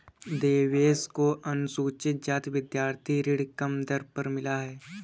देवेश को अनुसूचित जाति विद्यार्थी ऋण कम दर पर मिला है